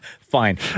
Fine